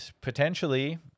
potentially